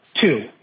Two